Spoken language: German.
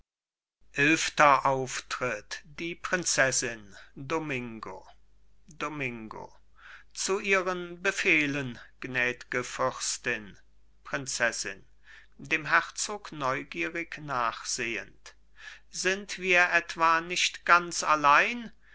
eilfter auftritt die prinzessin domingo domingo zu ihren befehlen gnädge fürstin prinzessin dem herzog neugierig nachsehend sind wir etwa nicht ganz allein